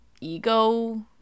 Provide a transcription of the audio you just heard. ego